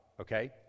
okay